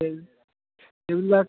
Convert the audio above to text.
সেই সেইবিলাক